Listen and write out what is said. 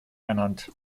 ernannt